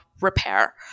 repair